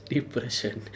Depression